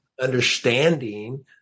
understanding